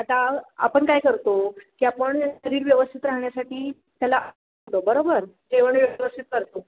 आता आपण काय करतो की आपण शरीर व्यवस्थित राहण्यासाठी त्याला बरोबर जेवण व्यवस्थित करतो